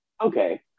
okay